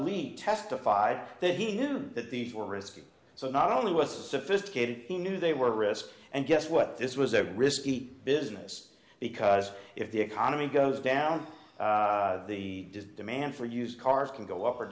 y testified that he knew that these were risky so not only was sophisticated he knew they were risky and guess what this was a risky business because if the economy goes down the demand for used cars can go up or